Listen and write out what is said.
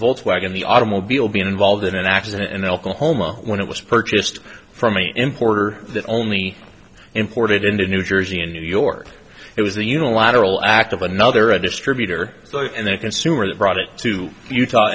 volkswagen the automobile being involved in an accident in oklahoma when it was purchased from a importer that only imported into new jersey and new york it was a unilateral act of another a distributor and the consumer that brought it to utah